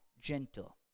gentle